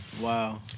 Wow